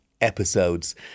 episodes